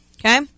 Okay